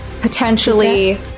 potentially